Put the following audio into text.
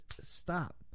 stop